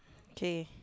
okay